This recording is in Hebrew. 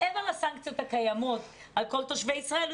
מעבר לסנקציות הקיימות על כל תושבי ישראל,